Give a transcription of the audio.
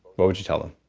what would you tell them?